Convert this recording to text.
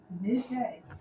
midday